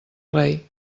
rei